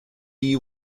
you